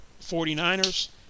49ers